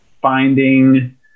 finding